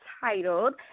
titled